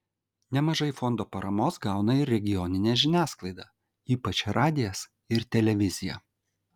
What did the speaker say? nemažai fondo paramos gauna ir regioninė žiniasklaida ypač radijas ir televizija